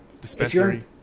dispensary